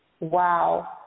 Wow